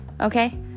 Okay